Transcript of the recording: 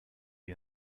eut